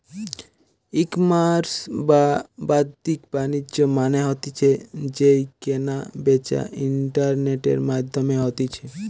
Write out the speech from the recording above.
ecommerce বা বাদ্দিক বাণিজ্য মানে হতিছে যেই কেনা বেচা ইন্টারনেটের মাধ্যমে হতিছে